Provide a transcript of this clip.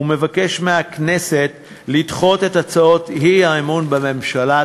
ומבקש מהכנסת לדחות את הצעות האי-אמון בממשלה.